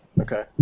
Okay